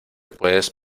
puedes